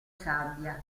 sabbia